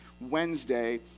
Wednesday